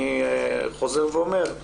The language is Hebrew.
אני חוזר ואומר,